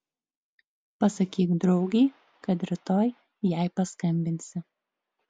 pasakyk draugei kad rytoj jai paskambinsi